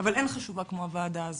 אבל אין חשובה כמו הוועדה הזאת,